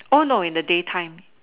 oh no in the day time